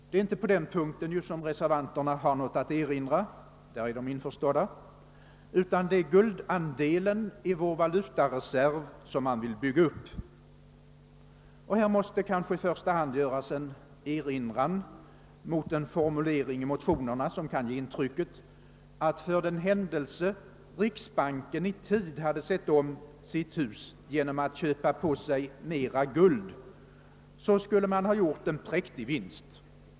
Det är inte på den punkten som reservanterna har något att erinra — där är de ense med utskottsmajoriteten — utan det är guldandelen i vår valutareserv som man vill bygga upp. Det måste kanske i första hand göras en liten erinran mot formuleringarna i motionerna, som kan ge intrycket att för den händelse riksbanken i god tid hade sett om sitt hus genom att köpa på sig guld, så skulle man ha gjort en präktig vinst.